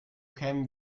kämen